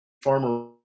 farmer